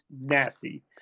nasty